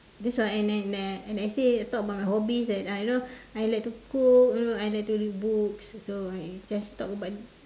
this was an an an essay I'll talk about my hobbies that I you know I like to cook you know I like to read books so I just talk about